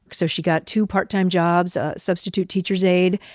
so she got two part-time jobs, a substitute teacher's aide.